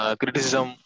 criticism